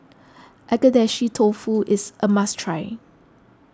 Agedashi Dofu is a must try